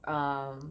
um